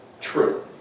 true